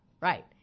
Right